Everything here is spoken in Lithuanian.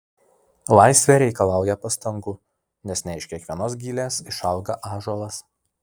laisvė reikalauja pastangų nes ne iš kiekvienos gilės išauga ąžuolas